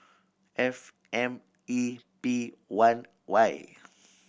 F M E P one Y